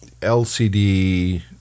LCD